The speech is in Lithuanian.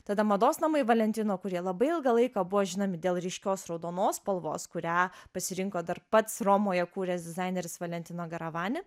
tada mados namai valentino kurie labai ilgą laiką buvo žinomi dėl ryškios raudonos spalvos kurią pasirinko dar pats romoje kūręs dizaineris valentino garavani